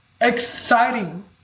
exciting